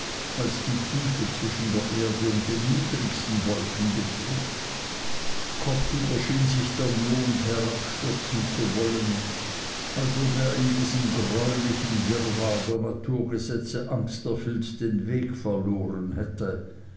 als die tiefe zwischen der erde und den niedrigsten wolken betrug kopfüber schien sich der mond herabstürzen zu wollen als ob er in diesem greulichen wirrwarr der naturgesetze angsterfüllt den weg verloren hätte